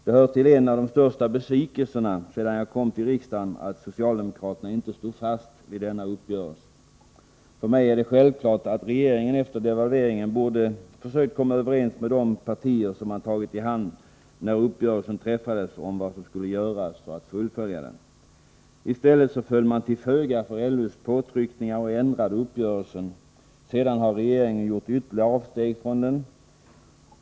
Det hör till de största besvikelserna sedan jag kom till riksdagen att socialdemokra terna inte stod fast vid denna uppgörelse. För mig är det självklart att regeringen efter devalveringen borde ha försökt komma överens med de partier som man tagit i hand när uppgörelsen träffades om vad som skulle göras för att fullfölja överenskommelsen. I stället föll man till föga för LO:s påtryckningar och ändrade i uppgörelsen. Sedan har regeringen gjort ytterligare avsteg från överenskommelsen.